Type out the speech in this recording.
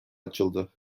açıldı